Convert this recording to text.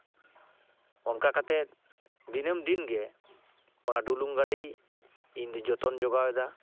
ᱚᱱᱠᱟᱠᱟᱛᱮᱫ ᱫᱤᱱᱟᱹᱢ ᱫᱤᱱᱜᱮ ᱚᱱᱟ ᱰᱩᱞᱩᱝ ᱜᱟᱹᱰᱤ ᱤᱧᱫᱩᱧ ᱡᱚᱛᱚᱱ ᱡᱚᱜᱟᱣᱮᱫᱟ